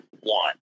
one